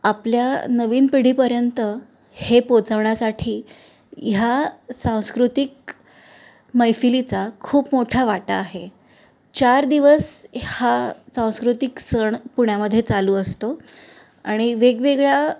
आपल्या नवीन पिढीपर्यंत हे पोचवण्यासाठी ह्या सांस्कृतिक मैफिलीचा खूप मोठा वाटा आहे चार दिवस हा सांस्कृतिक सण पुण्यामध्ये चालू असतो आणि वेगवेगळ्या